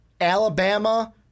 Alabama